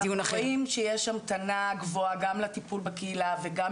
אנחנו רואים שיש המתנה גבוהה גם לטיפול בקהילה וגם